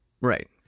Right